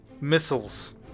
missiles